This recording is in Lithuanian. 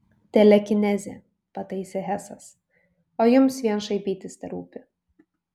telekinezė pataisė hesas o jums vien šaipytis terūpi